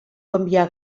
canvià